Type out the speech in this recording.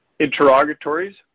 Interrogatories